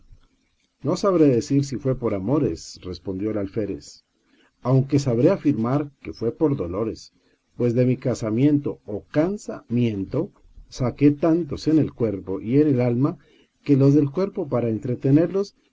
no sabré decir si fue por amores respondió el alférez aunque sabré afirmar que fue por dolores pues de mi casamiento o cansa miento saqué tantos en el cuerpo y en el alma que los del cuerpo para entretenerlos